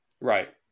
Right